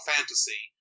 Fantasy